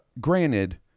granted